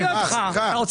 אני אוציא אותך, עם